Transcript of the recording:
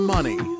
Money